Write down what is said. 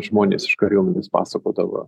žmonės iš kariuomenės pasakodavo